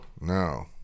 No